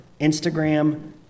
Instagram